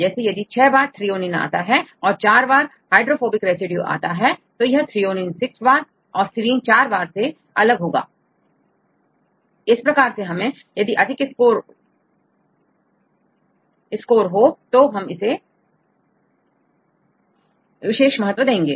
जैसे यदि 6 बार threonine आता है और चार बार हाइड्रोफोबिक रेसिड्यू आता है तो यह threonine 6 बार और serine चार बार से अलग होगा इस प्रकार में हमें यदि अधिक स्कोर तो हम इसे विशेष महत्व देंगे